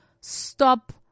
Stop